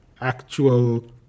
actual